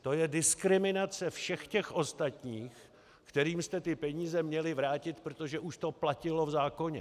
To je diskriminace všech těch ostatních, kterým jste ty peníze měli vrátit, protože už to platilo v zákoně.